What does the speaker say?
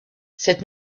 cette